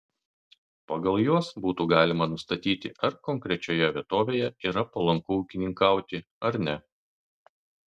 pagal juos būtų galima nustatyti ar konkrečioje vietovėje yra palanku ūkininkauti ar ne